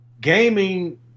gaming